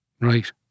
right